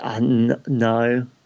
No